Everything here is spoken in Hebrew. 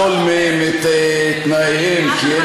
ויש אלה שצריכים לשלול מהם את תנאיהם כי הם